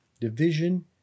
Division